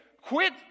Quit